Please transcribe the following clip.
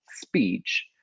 speech